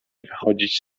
wychodzić